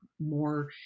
more